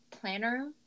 planner